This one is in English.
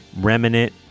Remnant